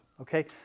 Okay